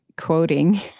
quoting